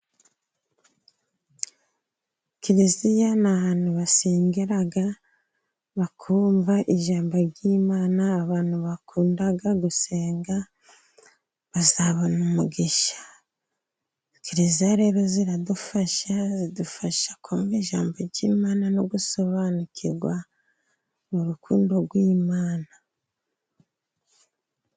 Kiliziya ni ahantu basengera bakumva ijambo ry'imana abantu bakunda gusenga bazabona umugisha. Kiliziya rero ziradufasha zidufasha kumva ijambo ry'Imana, no gusobanukirwa urukundo rw'Imana.